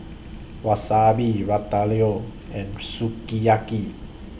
Wasabi Ratatouille and Sukiyaki